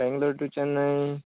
Bangalore to Chennai